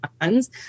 ones